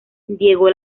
diego